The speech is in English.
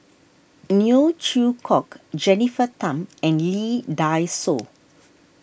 Neo Chwee Kok Jennifer Tham and Lee Dai Soh